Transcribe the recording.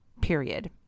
period